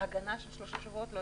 הגנה של שלושה שבועות?